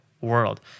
world